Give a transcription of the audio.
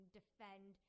defend